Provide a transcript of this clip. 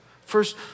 First